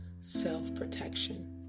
self-protection